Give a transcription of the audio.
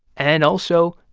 and also,